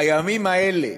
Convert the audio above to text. הימים האלה,